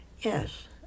Yes